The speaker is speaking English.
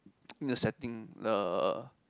in the setting the